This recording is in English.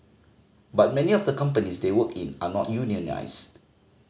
but many of the companies they work in are not unionised